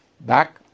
Back